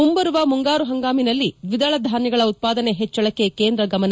ಮುಂಬರುವ ಮುಂಗಾರು ಹಂಗಾಮಿನಲ್ಲಿ ದ್ವಿದಳ ಧಾನ್ಯಗಳ ಉತ್ಪಾದನೆ ಹೆಚ್ಚಳಕ್ಕೆ ಕೇಂದ್ರ ಗಮನ